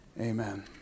Amen